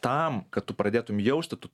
tam kad tu pradėtum jausti tu